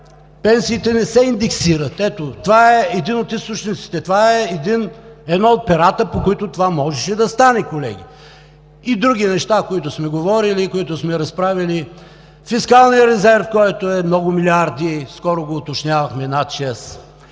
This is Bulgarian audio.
пенсиите не се индексират. Ето, това е един от източниците, това е едно от перата, по които това можеше да стане, колеги. И други неща, които сме говори, които сме разправяли – фискалният резерв, който е много милиарди, скоро го уточнявахме – над